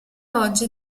oggi